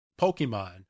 Pokemon